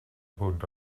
punt